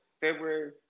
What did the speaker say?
February